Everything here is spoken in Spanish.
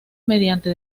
mediante